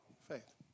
faith